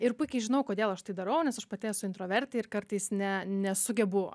ir puikiai žinau kodėl aš tai darau nes aš pati esu intravertė ir kartais ne nesugebu